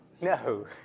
no